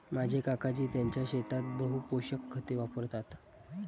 माझे काकाजी त्यांच्या शेतात बहु पोषक खते वापरतात